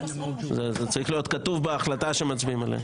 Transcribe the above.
זה צריך להיות כתוב בהחלטה שמצביעים עליה.